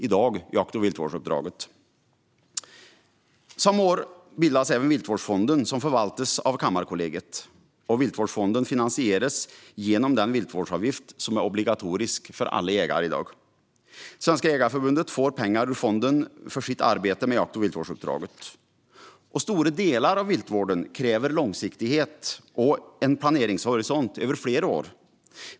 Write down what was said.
I dag heter det jakt och viltvårdsuppdraget. Samma år bildades Viltvårdsfonden, som förvaltas av Kammarkollegiet. Viltvårdsfonden finansieras genom den viltvårdsavgift som i dag är obligatorisk för alla jägare. Svenska Jägareförbundet får pengar ur fonden för sitt arbete med jakt och viltvårdsuppdraget. Stora delar av viltvården kräver långsiktighet och en planeringshorisont över flera år.